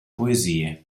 poesie